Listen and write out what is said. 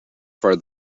for